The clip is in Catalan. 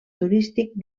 turístic